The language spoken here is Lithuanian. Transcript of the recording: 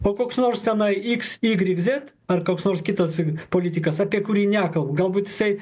o koks nors tenai iks ygrik zet ar koks nors kitas politikas apie kurį nekal galbūt jisai